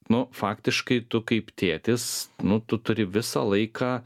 nu faktiškai tu kaip tėtis nu tu turi visą laiką